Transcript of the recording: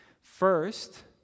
First